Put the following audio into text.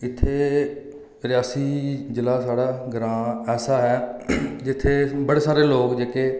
इत्थै रियासी जिला साढ़ा ग्रांऽ ऐसा ऐ जित्थै बड़े सारे लोक जेह्के